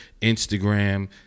Instagram